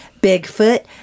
Bigfoot